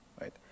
right